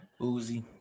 Uzi